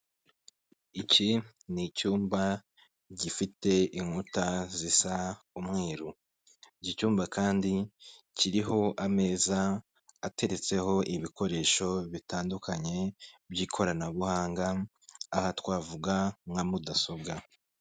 Iki ni icyumba gifite inkuta zisa umweru ,Iki cyumba kandi kiriho ameza ateretseho ibikoresho bitandukanye by'ikoranabuhanga aha twavuga nka mudasobwa.